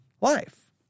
life